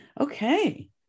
okay